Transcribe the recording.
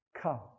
come